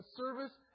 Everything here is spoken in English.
service